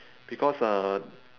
because uh